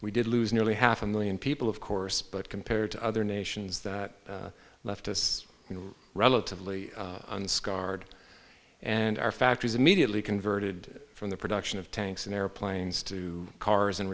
we did lose nearly half a million people of course but compared to other nations that left us relatively unscarred and our factories immediately converted from the production of tanks and airplanes to cars and